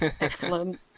Excellent